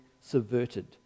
subverted